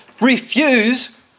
refuse